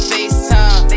FaceTime